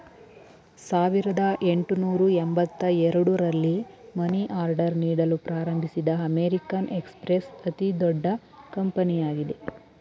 ಸಾವಿರದ ಎಂಟುನೂರು ಎಂಬತ್ತ ಎರಡು ರಲ್ಲಿ ಮನಿ ಆರ್ಡರ್ ನೀಡಲು ಪ್ರಾರಂಭಿಸಿದ ಅಮೇರಿಕನ್ ಎಕ್ಸ್ಪ್ರೆಸ್ ಅತಿದೊಡ್ಡ ಕಂಪನಿಯಾಗಿದೆ